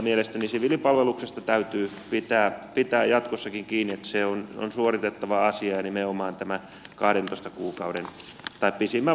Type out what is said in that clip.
mielestäni siviilipalveluksesta täytyy pitää jatkossakin kiinni että se on suoritettava asia ja nimenomaan pisimmän varusmiespalvelusajan mukaan